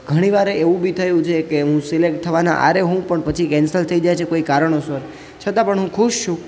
ઘણી વાર એવું ભી થયું છે કે હું સિલેક્ટ થવાના આરે હોવ પણ પછી કેન્સલ થઈ જાય છે કોઈ કારણોસર છતાં પણ હું ખુશ છું